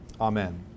amen